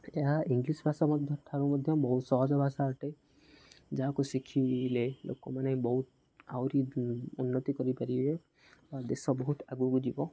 ଏହା ଇଂଲିଶ୍ ଭାଷା ମଧ୍ୟଠାରୁ ମଧ୍ୟ ବହୁତ ସହଜ ଭାଷା ଅଟେ ଯାହାକୁ ଶିଖିଲେ ଲୋକମାନେ ବହୁତ ଆହୁରି ଉନ୍ନତି କରିପାରିବେ ଦେଶ ବହୁତ ଆଗକୁ ଯିବ